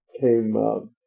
Came